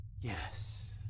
Yes